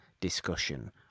discussion